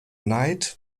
neid